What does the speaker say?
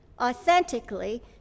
authentically